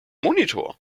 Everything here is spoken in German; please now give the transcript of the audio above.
monitor